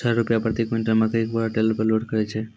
छह रु प्रति क्विंटल मकई के बोरा टेलर पे लोड करे छैय?